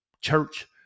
church